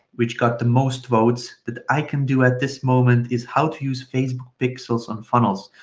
which got the most votes that i can do at this moment is how to use facebook pixels on funnels.